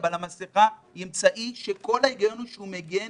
היא מגן